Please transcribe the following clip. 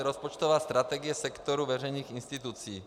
Rozpočtová strategie sektoru veřejných institucí.